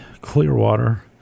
Clearwater